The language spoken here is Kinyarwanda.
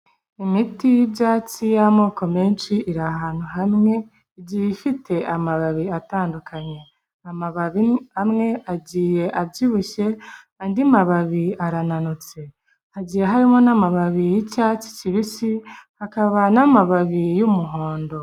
Imiti y'ibyatsi y'amoko menshi iri ahantu hamwe, igiye ifite amababi atandukanye. Amababi amwe agiye abyibushye, andi mababi arananutse. Hagiye harimo n'amababi y'icyatsi kibisi, hakaba n'amababi y'umuhondo.